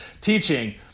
teaching